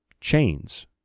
chains